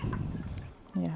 ya